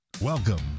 Welcome